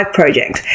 project